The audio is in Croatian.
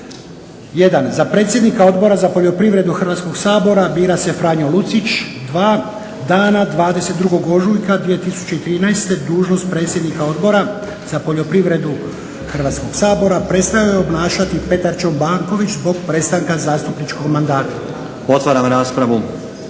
za predsjednika za poljoprivredu Hrvatskog sabora bira se Franjo Lucić. Dva, dana 22.ožujka 2013. Dužnost predsjednika Odbora za poljoprivredu Hrvatskog sabora prestaje obnašati Petar Čobanković zbog prestanka zastupničkog mandata. **Stazić,